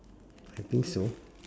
I think so